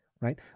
Right